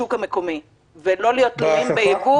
לשוק המקומי ולא להיות תלויים בייבוא.